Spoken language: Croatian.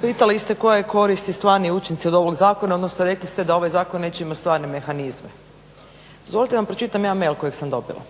pitali ste koja je korist i stvari učinci od ovog zakona, odnosno rekli ste da ovaj zakon neće imati stvarne mehanizme. Dozvolite da vam pročitam jedan mail kojeg sam dobila.